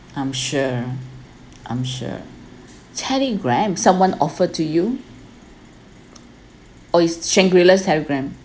I'm sure I'm sure Telegram someone offered to you oh is Shangri La's Telegram